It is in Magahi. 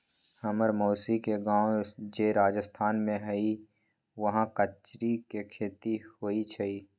हम्मर मउसी के गाव जे राजस्थान में हई उहाँ कचरी के खेती होई छई